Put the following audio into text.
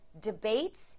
debates